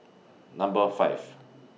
Number five